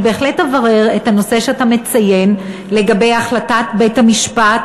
אני בהחלט אברר את הנושא שאתה מציין לגבי החלטת בית-המשפט,